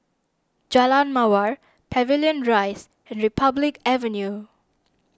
Jalan Mawar Pavilion Rise and Republic Avenue